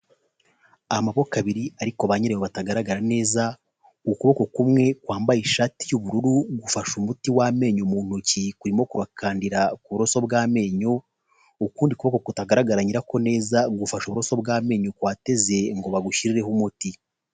Amaboko abiri ariko ba nyirayo batagaragara neza, ukuboko kumwe kwambaye ishati y'ubururu gufashe umuti w'amenyo mu ntoki kurimo kubakandira ku buroso bw'amenyo ukundi kuboko kutagaragara nyirako neza gufashe ubuso bw'amenyo uko wateze ngo bagushyireho umuti.